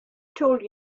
told